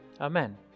Amen